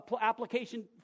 application